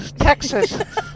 Texas